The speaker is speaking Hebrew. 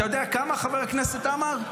אתה יודע כמה, חבר הכנסת עמאר?